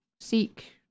seek